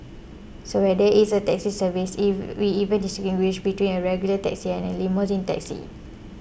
so whether it's a taxi service we even distinguish between a regular taxi and a limousine taxi